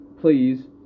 please